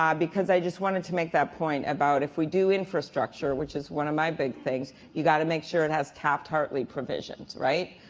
um because i just wanted to make that point about if we do infrastructure, which is one of my big things, you got to make sure it has taft-hartley provisions, right?